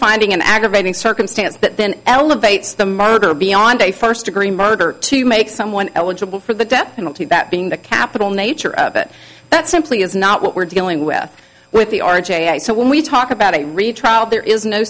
finding an aggravating circumstance but then elevates the motor beyond a first degree murder to make someone eligible for the death penalty that being the capital nature of it that simply is not what we're dealing with with the r j e so when we talk about a retrial there is no